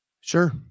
Sure